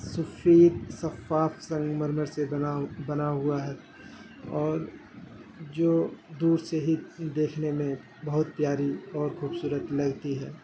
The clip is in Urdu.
سفید سفاف سنگ مرمر سے بنا بنا ہوا ہے اور جو دور سے ہی دیکھنے میں بہت پیاری اور خوبصورت لگتی ہے